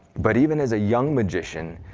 but even as a young magician